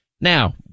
Now